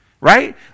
right